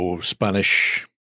Spanish